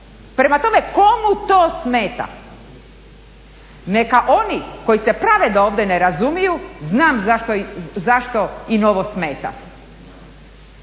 Prema tome, kome to smeta? Neka oni koji se prave da ovdje ne razumiju, znam zašto im ovo smeta.